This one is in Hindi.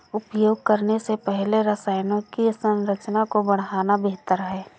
उपयोग करने से पहले रसायनों की संरचना को पढ़ना बेहतर है